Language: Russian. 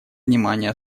внимание